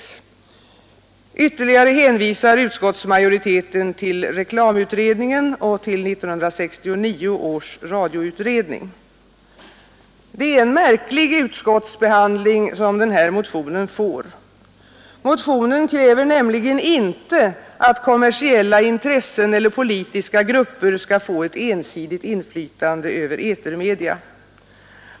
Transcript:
Ytterligare hänvisar utskottsmajoriteten till reklamutredningen och till 1969 års radioutredning. Det är en märklig utskottsbehandling som motionen 487 får. Motionen kräver nämligen inte att kommersiella intressen eller politiska grupper skall få ett ensidigt inflytande över etermedia.